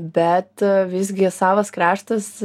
bet visgi savas kraštas